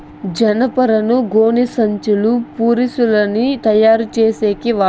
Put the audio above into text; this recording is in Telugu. జనపనారను గోనిసంచులు, పురికొసలని తయారు చేసేకి వాడతారు